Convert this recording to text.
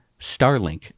Starlink